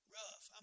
rough